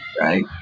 Right